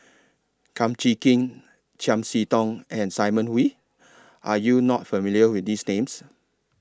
Kum Chee Kin Chiam See Tong and Simon Wee Are YOU not familiar with These Names